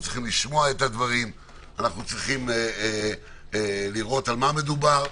לשמוע את הדברים, אנו צריכים לראות במה מדובר,